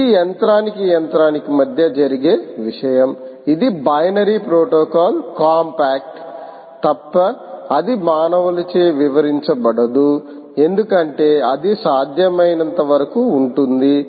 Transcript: ఇది యంత్రానికి యంత్రానికి మధ్య జరిగే విషయం ఇది బైనరీ ప్రోటోకాల్ కాంపాక్ట్ తప్ప అది మానవులచే వివరించబడదు ఎందుకంటే అది సాధ్యమైనంత వరకు ఉంటుంది